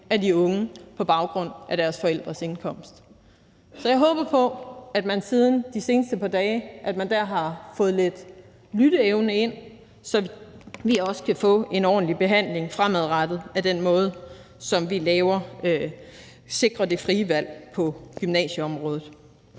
af de unge på baggrund af deres forældres indkomst. Så jeg håber på, at man i de seneste par dage har fået sin lytteevne igen, så vi også kan få en ordentlig behandling fremadrettet af den måde, som vi sikrer det frie valg på gymnasieområdet